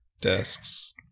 Desks